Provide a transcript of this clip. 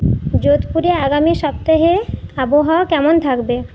যোধপুরে আগামী সপ্তাহে আবহাওয়া কেমন থাকবে